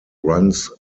runs